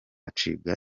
acibwa